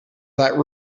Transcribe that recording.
that